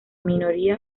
minoría